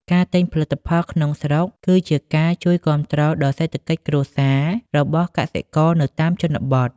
ការទិញផលិតផលក្នុងស្រុកគឺជាការជួយគាំទ្រដល់សេដ្ឋកិច្ចគ្រួសាររបស់កសិករនៅតាមជនបទ។